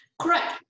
correct